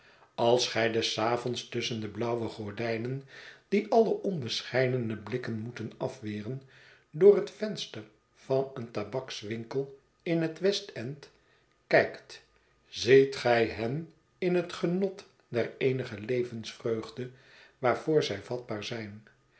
s gij des avonds tusschen de blauwe gordijnen die alle onbescheidene blikken moeten afweren door het venster van een tabakswink el in het west en d kijkt ziet gij hen in het genot der eenige levensvreugde waarvoor zij vatbaar zijn